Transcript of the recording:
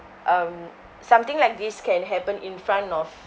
um something like this can happen in front of